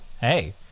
Hey